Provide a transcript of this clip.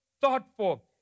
thoughtful